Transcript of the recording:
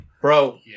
bro